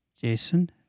Jason